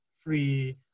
free